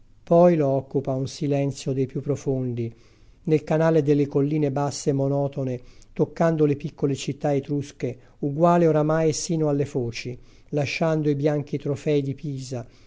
poi lo occupa un silenzio dei più profondi nel canale delle colline basse e monotone toccando le piccole città etrusche uguale oramai sino alle foci lasciando i bianchi trofei di pisa